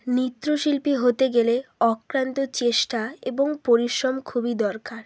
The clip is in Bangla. নৃত্য শিল্পী হতে গেলে অক্লান্ত চেষ্টা এবং পরিশ্রম খুবই দরকার